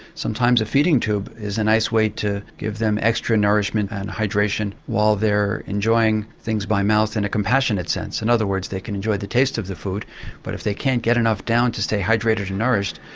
sometimes a feeding tube is a nice way to give them extra nourishment and hydration while they're enjoying things by mouth in a compassionate sense. in and other words, they can enjoy the taste of the food but if they can't get enough down to stay hydrated and nourished,